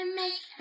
make